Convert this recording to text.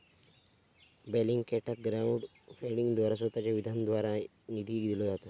बेलिंगकॅटाक क्राउड फंडिंगद्वारा स्वतःच्या विधानाद्वारे निधी दिलो जाता